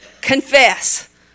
Confess